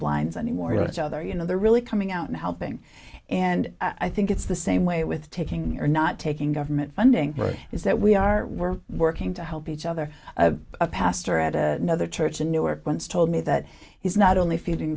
blinds anymore it's other you know they're really coming out and helping and i think it's the same way with taking or not taking government funding or is that we are we're working to help each other a pastor at a nother church in newark once told me that he's not only feeding